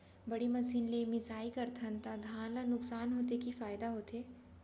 बड़ी मशीन ले मिसाई करथन त धान ल नुकसान होथे की फायदा होथे?